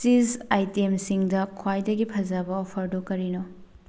ꯆꯤꯁ ꯑꯥꯏꯇꯦꯝꯁꯤꯡꯗ ꯈ꯭ꯋꯥꯏꯗꯒꯤ ꯐꯖꯕ ꯑꯣꯐꯔꯗꯨ ꯀꯔꯤꯅꯣ